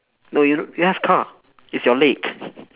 no you you have car it's your leg